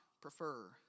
prefer